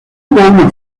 una